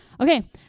Okay